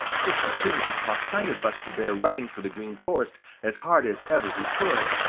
just as soon as he caught sight of buster bear running for the green forest as hard as ever he could,